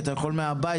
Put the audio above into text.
כי אתה יכול מהבית,